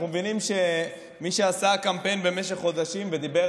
אנחנו מבינים שמי שעשה קמפיין במשך חודשים ודיבר